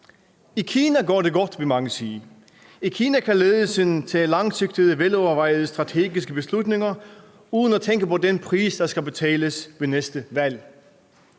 I Kina går det godt, vil mange sige. I Kina kan ledelsen tage langsigtede, velovervejede strategiske beslutninger uden at tænke på den pris, der skal betales ved næste valg.